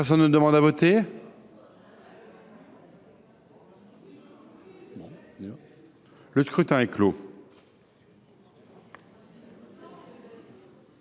Personne ne demande plus à voter ?… Le scrutin est clos.